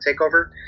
takeover